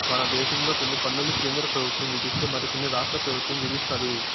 మన దేశంలో కొన్ని పన్నులు కేంద్ర పెబుత్వం విధిస్తే మరి కొన్ని రాష్ట్ర పెబుత్వం విదిస్తది